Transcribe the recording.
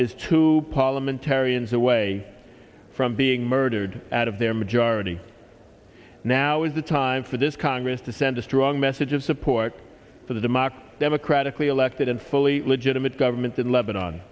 parliamentarians away from being murdered out of their majority now is the time for this congress to send a strong message of support for the democracy democratically elected and fully legitimate government in lebanon